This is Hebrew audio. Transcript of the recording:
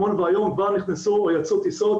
אתמול והיום כבר נכנסו או יצאו טיסות